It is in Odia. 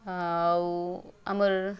ଆଉ ଆମର୍